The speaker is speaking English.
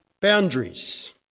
boundaries